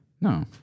No